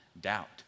doubt